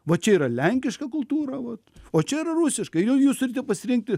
va čia yra lenkiška kultūra vat o čia yra rusiška ir jau jūs turite pasirinkti